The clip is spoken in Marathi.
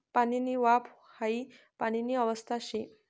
पाणीनी वाफ हाई पाणीनी अवस्था शे